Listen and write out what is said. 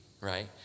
right